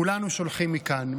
כולנו שולחים מכאן.